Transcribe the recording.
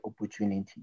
opportunity